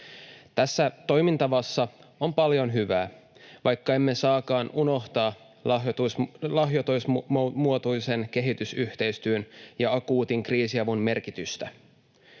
Tässä toimintatavassa on paljon hyvää, vaikka emme saakaan unohtaa lahjoitusmuotoisen kehitysyhteistyön ja akuutin kriisiavun merkitystä.